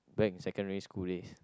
back in secondary school days